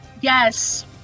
Yes